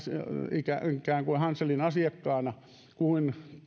ikään ikään kuin hanselin asiakkaana kuin